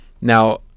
Now